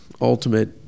ultimate